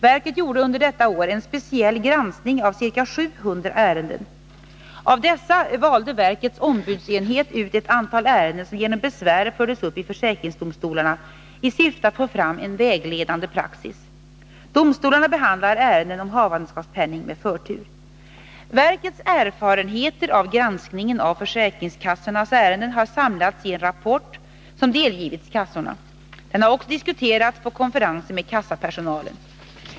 Verket gjorde under detta år en speciell granskning av ca 700 ärenden. Av dessa valde verkets ombudsenhet ut ett antal ärenden som genom besvär fördes upp i försäkringsdomstolarna i syfte att få fram en vägledande praxis. Domstolarna behandlar ärenden om havandeskapspenning med förtur. Verkets erfarenheter av granskningen av försäkringskassornas ärenden har samlats i en rapport som delgivits kassorna. Den har också diskuterats på konferenser med kassapersonalen.